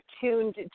tuned